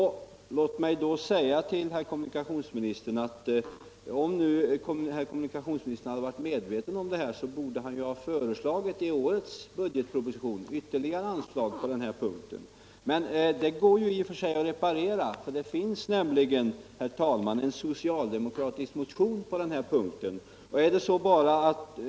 Låt mig då säga att om herr kommunikationsministern hade varit medveten om det här. så borde han i årets budgetproposition ha föreslagit ytterligare anslag på denna punkt. Men det går i och för sig att reparera. Det föreligger nämligen, herr talman, en socialdemokratisk motion i denna fråga.